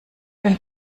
bin